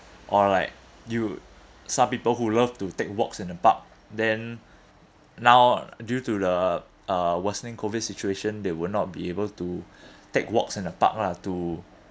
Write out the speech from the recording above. or like you some people who love to take walks in the park then now due to the uh worsening COVID situation they would not be able to take walks in the park lah to